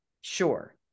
Sure